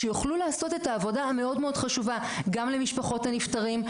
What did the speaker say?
שיוכלו לעשות את העבודה המאוד מאוד חשובה גם למשפחות של הנפטרים,